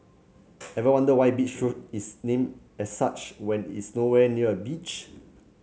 ever wonder why Beach Road is named as such when is nowhere near a beach